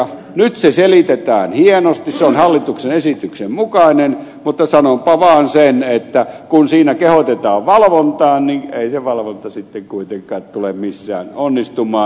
nyt se selitetään hienosti se on hallituksen esityksen mukainen mutta sanonpa vaan sen että kun siinä kehotetaan valvontaan niin ei se valvonta sitten kuitenkaan tule missään onnistumaan